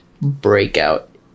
breakout